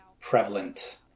prevalent